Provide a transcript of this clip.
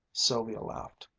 sylvia laughed.